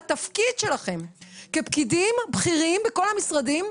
לתפקיד שלכם כפקידים בכירים בכל המשרדים,